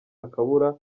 akabura